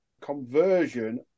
Conversion